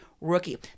rookie